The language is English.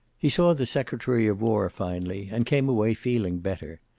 he saw the secretary of war, finally, and came away feeling better.